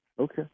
Okay